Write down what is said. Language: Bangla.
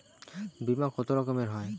বিমা কত রকমের হয়?